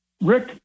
Rick